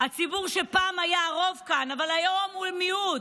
הציבור שפעם היה רוב כאן אבל היום הוא מיעוט,